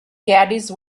caddies